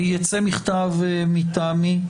יצא מכתב מטעמי,